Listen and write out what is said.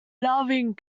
loving